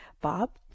bob